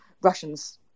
Russians